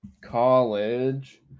college